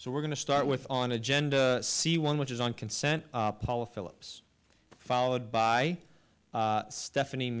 so we're going to start with on agenda c one which is on consent paula phillips followed by stephanie